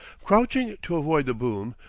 crouching to avoid the boom,